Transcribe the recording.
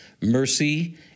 mercy